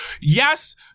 Yes